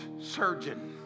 surgeon